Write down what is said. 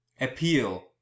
Appeal